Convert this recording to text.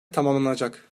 tamamlanacak